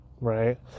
right